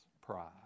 pride